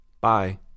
Bye